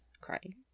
crying